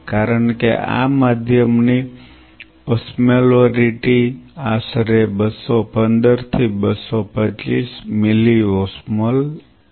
કારણ કે આ માધ્યમની ઓસ્મોલેરિટી આશરે 215 થી 225 મિલીઓસ્મોલ છે